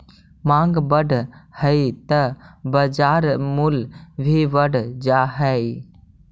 माँग बढ़ऽ हइ त बाजार मूल्य भी बढ़ जा हइ